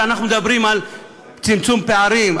אנחנו מדברים על צמצום פערים.